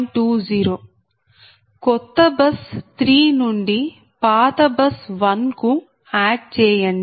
20 కొత్త బస్ 3 నుండి పాత బస్ 1 కు ఆడ్ చేయండి